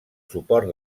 suport